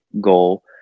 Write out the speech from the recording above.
goal